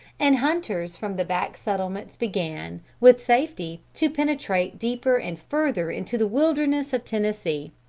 and hunters from the back settlements began, with safety, to penetrate deeper and further into the wilderness of tennessee.